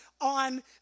on